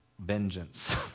vengeance